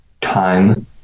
time